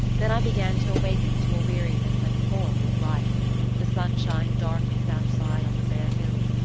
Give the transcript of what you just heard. then i began to awaken to a weariness and horror of life the sunshine darkened outside on the bare hills,